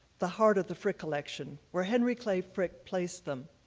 the heart of the frick collection, where henry clay frick placed them.